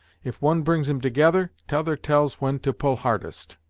if one brings em together, t'other tells when to pull hardest!